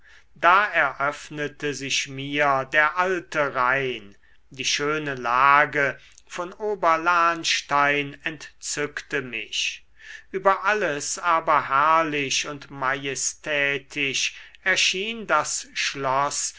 da eröffnete sich mir der alte rhein die schöne lage von oberlahnstein entzückte mich über alles aber herrlich und majestätisch erschien das schloß